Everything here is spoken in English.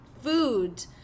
Food